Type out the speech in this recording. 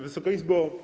Wysoka Izbo!